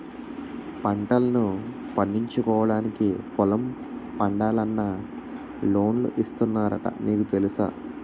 పంటల్ను పండించుకోవడానికి పొలం పండాలన్నా లోన్లు ఇస్తున్నారట నీకు తెలుసా?